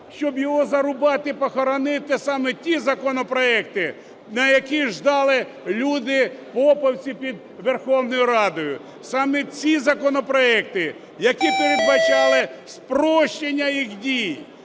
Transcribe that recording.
щоб його зарубати, похоронити саме ті законопроекти, на які ждали люди, фопівці під Верховною Радою. Саме ці законопроекти, які передбачали спрощення їх дій.